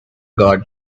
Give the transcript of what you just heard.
guard